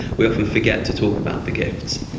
we often forget to talk about the gifts.